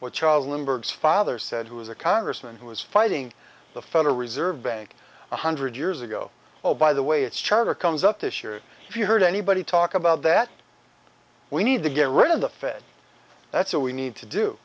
what charles lindbergh's father said who is a congressman who was fighting the federal reserve bank one hundred years ago oh by the way its charter comes up this year if you heard anybody talk about that we need to get rid of the fed that's all we need to do